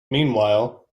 meanwhile